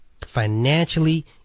Financially